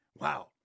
Wow